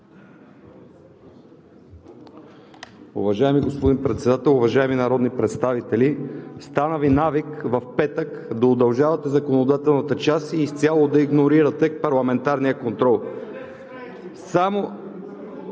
Уважаеми господин Председател, уважаеми народни представители! Стана Ви навик в петък да удължавате законодателната част и изцяло да игнорирате парламентарния контрол.